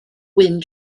wyn